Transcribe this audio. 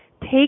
take